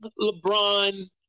LeBron